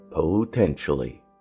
potentially